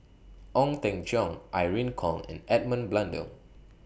Ong Teng Cheong Irene Khong and Edmund Blundell